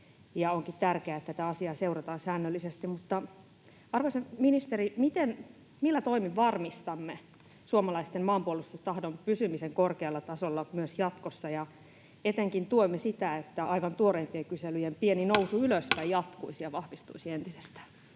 Onkin tärkeää, että tätä asiaa seurataan säännöllisesti. Arvoisa ministeri, millä toimin varmistamme suomalaisten maanpuolustustahdon pysymisen korkealla tasolla myös jatkossa ja etenkin tuemme sitä, että aivan tuoreimpien kyselyjen pieni nousu ylöspäin jatkuisi ja vahvistuisi entisestään?